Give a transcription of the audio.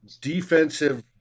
defensive